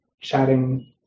chatting